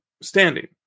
standing